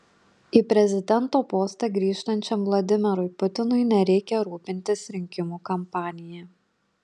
į prezidento postą grįžtančiam vladimirui putinui nereikia rūpintis rinkimų kampanija